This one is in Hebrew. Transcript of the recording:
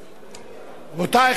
רבותי חברי הכנסת,